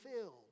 filled